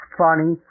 funny